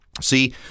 See